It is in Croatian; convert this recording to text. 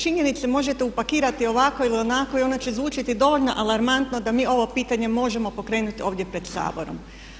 Činjenice možete upakirati ovako ili onako i one će zvučati dovoljno alarmantno da mi ovo pitanje možemo pokrenuti ovdje pred Saborom.